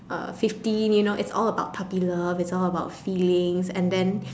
uh fifteen you know it's all about puppy love it's all about feelings and then